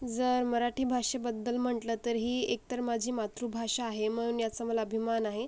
जर मराठी भाषेबद्दल म्हटलं तर ही एकतर माझी मातृभाषा आहे म्हणून याचा मला अभिमान आहे